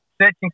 searching